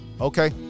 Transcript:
Okay